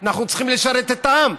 אנחנו צריכים לשרת את העם.